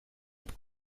ett